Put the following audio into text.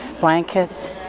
blankets